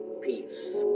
peace